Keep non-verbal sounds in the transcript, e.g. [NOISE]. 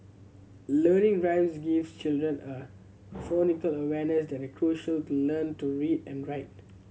learning rhymes gives children a [UNINTELLIGIBLE] awareness that is crucial to learn to read and write